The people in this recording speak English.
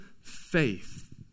faith